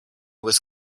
was